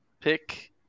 pick